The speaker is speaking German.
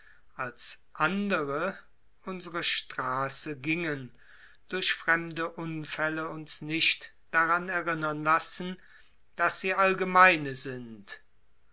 als andre unsre straße gingen durch fremde unfälle und nicht daran erinnern lassen daß sie allgemeine sind